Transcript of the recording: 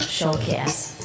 Showcase